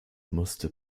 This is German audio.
musste